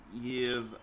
years